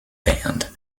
band